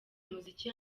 umuziki